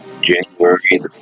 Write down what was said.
january